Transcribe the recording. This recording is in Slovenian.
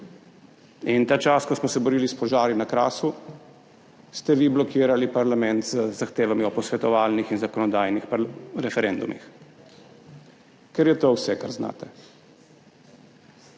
In ta čas, ko smo se borili s požari na Krasu, ste vi blokirali parlament z zahtevami o posvetovalnih in zakonodajnih referendumih, ker je to vse, kar znate.